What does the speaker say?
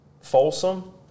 Folsom